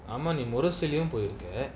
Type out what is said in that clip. ஆமா நீ:aama nee morasu lah யு போயிருக்க:yu poyirukka